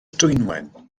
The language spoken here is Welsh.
dwynwen